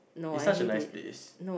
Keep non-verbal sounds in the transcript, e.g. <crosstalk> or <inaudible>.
it's <noise> such a nice <noise> place